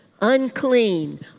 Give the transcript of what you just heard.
unclean